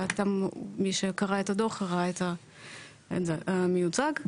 ומי שקרא את הדוח ראה את זה מיוצג.